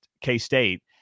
K-State